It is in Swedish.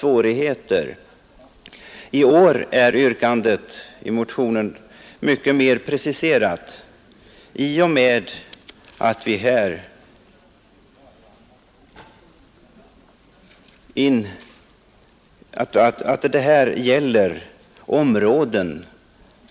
I år däremot är yrkandet i motionen mera preciserat — nu gäller det områden